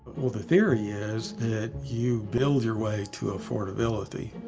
well the theory is that you build your way to affordability.